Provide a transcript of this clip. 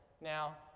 Now